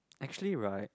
actually right